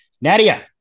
Nadia